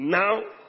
now